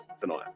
tonight